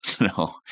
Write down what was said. No